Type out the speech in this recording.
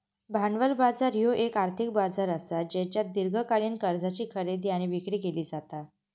भांडवल बाजार ह्यो येक आर्थिक बाजार असा ज्येच्यात दीर्घकालीन कर्जाची खरेदी आणि विक्री केली जाता